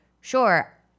sure